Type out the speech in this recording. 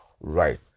Right